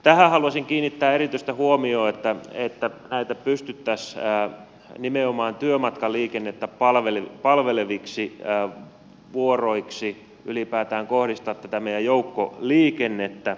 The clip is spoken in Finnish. tähän haluaisin kiinnittää erityistä huomiota että tätä meidän joukkoliikennettä pystyttäisiin nimenomaan työmatkaliikennettä palveleviksi vuoroiksi ylipäätään koristaa pitämiä joukkoa liikennettä